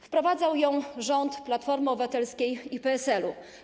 Wprowadził ją rząd Platformy Obywatelskiej i PSL-u.